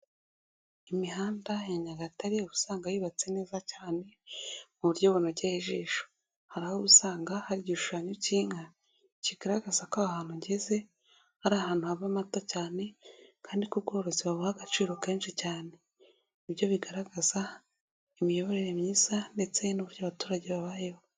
Imihanda ya Nyagatare uba usanga yubatse neza cyane mu buryo bunogeye ijisho, hari aho usanga hari igishushanyo k'inka kigaragaza ko ahantu ugeze ari ahantu haba amata cyane kandi ko ubworozi babuha agaciro kenshi cyane, ni byo bigaragaza imiyoborere myiza ndetse n'uburyo abaturage babayeho.